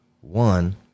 One